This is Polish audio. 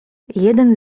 jeden